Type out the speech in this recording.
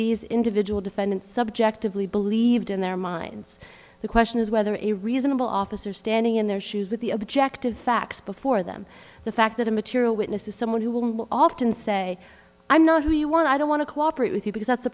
these individual defendants subjectively believed in their minds the question is whether it reasonable officer standing in their shoes with the objective facts before them the fact that a material witness is someone who will often say i'm not who you want i don't want to cooperate with you because that's the